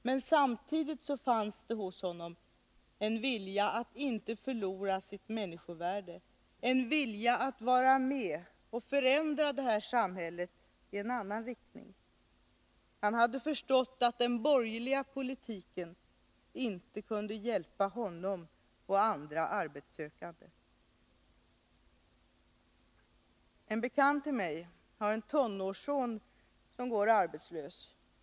Men samtidigt fanns det hos honom en vilja att inte förlora sitt människovärde, en vilja att vara med och förändra det här samhället i en annan riktning. Han hade förstått att den borgerliga politiken inte kunde hjälpa honom och andra arbetssökande. En bekant till mig har en tonårsson som går arbetslös.